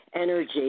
energy